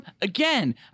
again